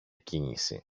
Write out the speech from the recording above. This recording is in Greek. κίνηση